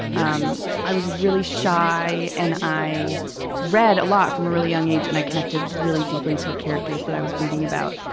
um i was really shy, and i read a lot from a really young age. and i connected really deeply to the characters that i was reading about.